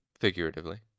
figuratively